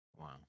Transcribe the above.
Wow